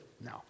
no